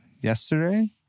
yesterday